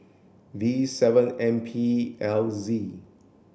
V seven M P L Z